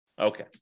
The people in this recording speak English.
Okay